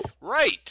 Right